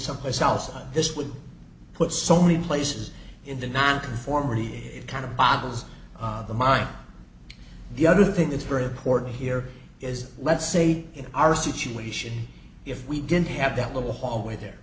someplace else this would put so many places in the nonconformity kind of boggles the mind the other thing is very important here is let's say in our situation if we didn't have that little hallway there